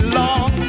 long